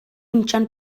injan